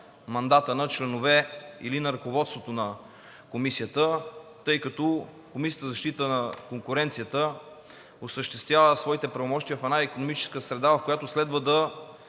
мандата на членове или на ръководството на Комисията, тъй като Комисията за защита на конкуренцията осъществява своите правомощия в една икономическа среда, в която следва да